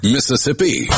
Mississippi